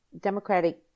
Democratic